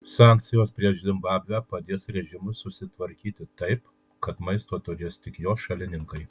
sankcijos prieš zimbabvę padės režimui susitvarkyti taip kad maisto turės tik jo šalininkai